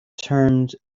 termed